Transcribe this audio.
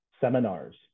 seminars